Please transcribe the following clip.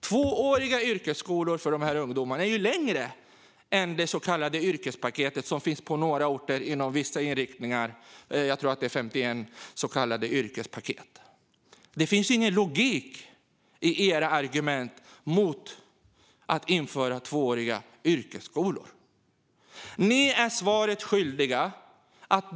Tvååriga yrkesskolor för ungdomarna är ju längre än det så kallade yrkespaketet, som finns på några orter inom vissa inriktningar. Jag tror att det är 51 så kallade yrkespaket. Det finns ingen logik i era argument mot att införa tvååriga yrkesskolor. Ni är svaret skyldiga.